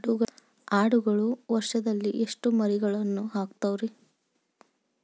ಆಡುಗಳು ವರುಷದಲ್ಲಿ ಎಷ್ಟು ಮರಿಗಳನ್ನು ಹಾಕ್ತಾವ ರೇ?